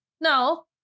No